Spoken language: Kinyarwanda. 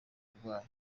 uburwayi